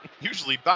Usually